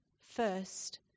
first